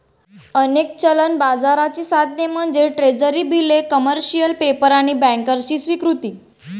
अनेक चलन बाजाराची साधने म्हणजे ट्रेझरी बिले, कमर्शियल पेपर आणि बँकर्सची स्वीकृती